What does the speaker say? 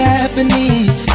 Japanese